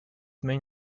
main